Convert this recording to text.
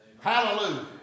Hallelujah